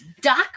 Doc